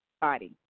body